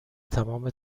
تمام